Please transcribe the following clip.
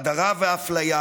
הדרה ואפליה,